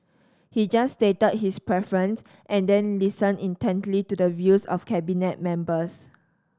he just stated his preference and then listened intently to the views of Cabinet members